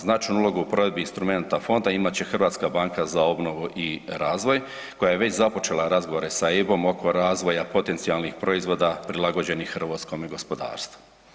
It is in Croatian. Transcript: Značajnu ulogu u provedbi instrumenata fonda imat će Hrvatska banka za obnovu i razvoj koja je već započela razgovore s EIB-om oko razvoja potencijalnih proizvoda prilagođenih hrvatskom gospodarstvu.